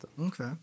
Okay